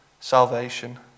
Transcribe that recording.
salvation